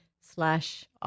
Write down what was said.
slash